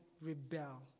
rebel